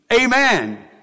Amen